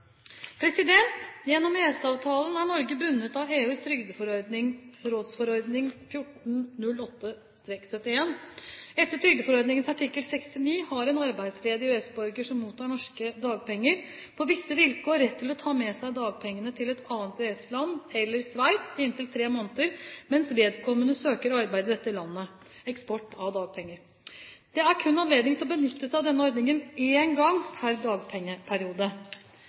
Gjennom EØS-avtalen er Norge bundet av EUs trygdeforordning, rådsforordning 1408/71. Etter trygdeforordningens artikkel 69 har en arbeidsledig EØS-borger som mottar norske dagpenger, på visse vilkår rett til å ta med seg dagpengene til et annet EØS-land eller Sveits i inntil tre måneder mens vedkommende søker arbeid i dette landet – eksport av dagpenger. Det er kun anledning til å benytte seg av denne ordningen én gang pr. dagpengeperiode.